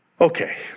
Okay